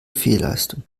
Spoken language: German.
fehlleistung